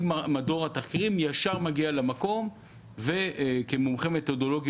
ישר מגיע למקום כמומחה מתודולוגי